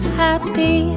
happy